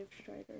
Strider